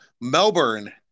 Melbourne